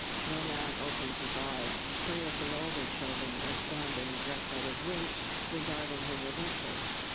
snowman opens his eyes. three of the older children are standing just out of reach, regarding him with interest.